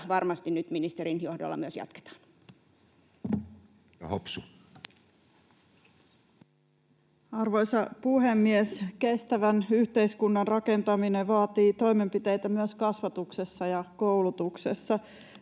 Ympäristöministeriön hallinnonala Time: 14:22 Content: Arvoisa puhemies! Kestävän yhteiskunnan rakentaminen vaatii toimenpiteitä myös kasvatuksessa ja koulutuksessa.